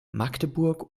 magdeburg